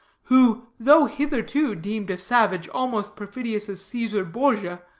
who, though hitherto deemed a savage almost perfidious as caesar borgia,